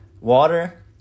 water